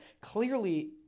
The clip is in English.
clearly